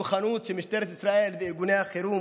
מוכנות של משטרת ישראל וארגוני החירום